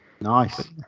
nice